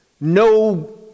no